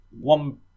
one